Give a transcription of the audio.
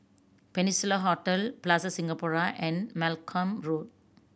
Peninsula Hotel Plaza Singapura and Malcolm Road